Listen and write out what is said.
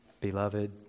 Beloved